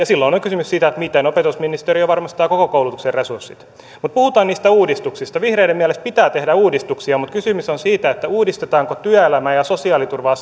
silloin on on kysymys siitä miten opetusministeriö varmistaa koko koulutuksen resurssit mutta puhutaan niistä uudistuksista vihreiden mielestä pitää tehdä uudistuksia mutta kysymys on siitä uudistetaanko työelämää ja sosiaaliturvaa